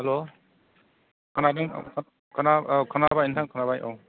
hello खोनादों अ खोनाबाय नोंथां औ